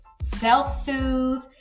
Self-soothe